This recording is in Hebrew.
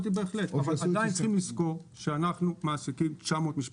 עדיין צריך לזכור שאנחנו מעסיקים 900 משפחות.